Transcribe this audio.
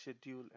schedule